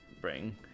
bring